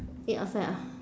eat outside ah